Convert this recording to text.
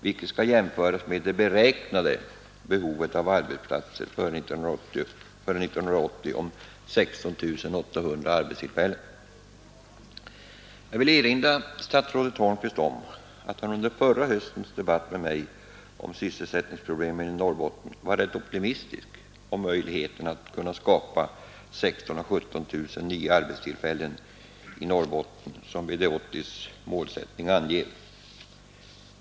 Detta skall jämföras med det beräknade behovet av nya arbetsplatser före 1980 om 16 800. Jag vill erinra statsrådet Holmqvist om att han under förra höstens debatt med mig om sysselsättningsproblemen i Norrbotten var rätt optimistisk om möjligheterna att skapa 16 000-17 000 nya arbetstillfällen i Norrbotten som BD 80:s målsättning anger.